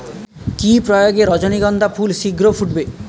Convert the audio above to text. কি প্রয়োগে রজনীগন্ধা ফুল শিঘ্র ফুটবে?